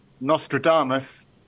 nostradamus